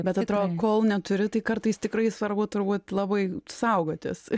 bet atrodo kol neturi tai kartais tikrai svarbu turbūt labai saugotis